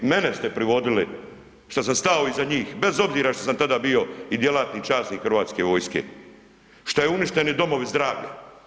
Mene ste privodili, šta sam stao iza njih bez obzira što sam tada bio i djelatni časnik Hrvatske vojske, što je uništeni domovi zdravlja.